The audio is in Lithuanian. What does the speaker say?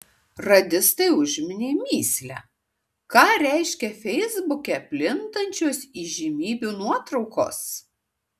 radistai užminė mįslę ką reiškia feisbuke plintančios įžymybių nuotraukos